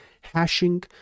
hashing